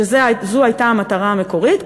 שזו הייתה המטרה המקורית,